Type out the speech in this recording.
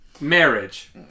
Marriage